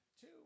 Two